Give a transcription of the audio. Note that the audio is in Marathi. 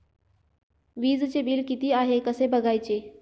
वीजचे बिल किती आहे कसे बघायचे?